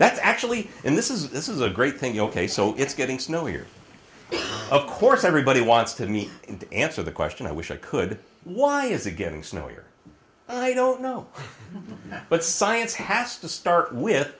that's actually and this is this is a great thing ok so it's getting snow here of course everybody wants to meet and answer the question i wish i could why is it getting snow here i don't know but science has to start with